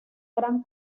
gran